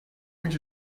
would